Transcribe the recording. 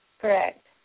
correct